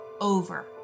over